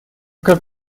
как